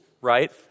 right